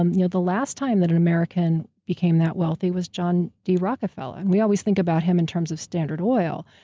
um you know the last time that an american became that wealthy was john d. rockefeller. and we always think about him in terms of standard oil,